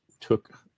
took